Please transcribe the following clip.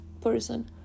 person